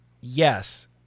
yes